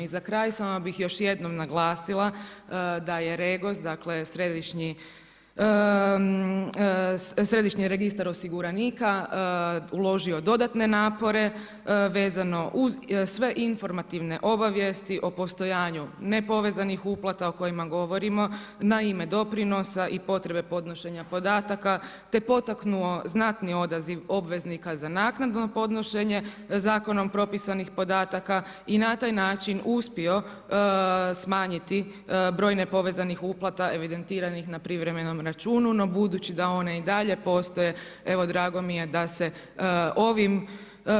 I za kraj bih samo bih još jednom naglasila da je Regos, dakle središnji registar osiguranika uložio dodatne napore vezano uz sve informativne obavijesti o postojanju nepovezanih uplata o kojima govorimo na ime doprinosa i potrebe podnošenja podataka te potaknuo znatni odaziv obveznika za naknadno podnošenje zakonom propisanih podataka i na taj način uspio smanjiti broj nepovezanih uplata evidentiranih na privremenom računu no budući da one i dalje postoje, evo drago mi je da se ovim